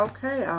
Okay